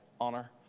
honor